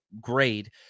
grade